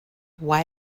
why